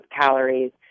calories